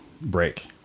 break